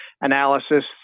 analysis